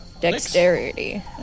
Dexterity